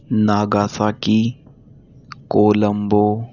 Nagasaki Colombo